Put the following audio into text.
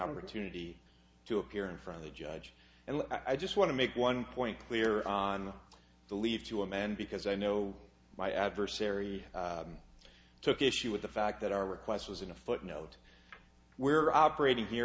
two unity to appear in front of the judge and i just want to make one point clear on the leave to a man because i know my adversary took issue with the fact that our request was in a footnote we're operating here